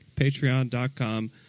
patreon.com